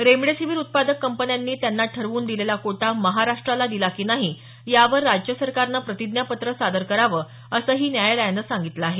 remdesivir उत्पादक कंपन्यांनी त्यांना ठरवून दिलेला कोटा महाराष्ट्राला दिला की नाही यावर राज्य सरकारनं प्रतिज्ञापत्र सादर कराव असही न्यायालयान सांगितल आहे